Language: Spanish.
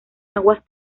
aguas